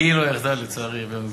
כי לא יחדל, לצערי.